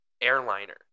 airliner